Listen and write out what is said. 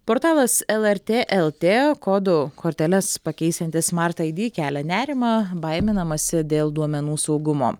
portalas lrt lt kodų korteles pakeisianti smart ai di kelia nerimą baiminamasi dėl duomenų saugumo